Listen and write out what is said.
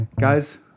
guys